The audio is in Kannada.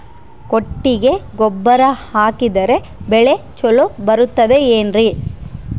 ಕೊಟ್ಟಿಗೆ ಗೊಬ್ಬರ ಹಾಕಿದರೆ ಬೆಳೆ ಚೊಲೊ ಬರುತ್ತದೆ ಏನ್ರಿ?